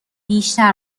بیشتر